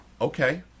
Okay